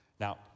Now